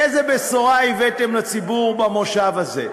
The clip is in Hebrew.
איזו בשורה הבאתם לציבור במושב הזה?